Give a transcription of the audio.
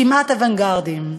כמעט אוונגרדיים,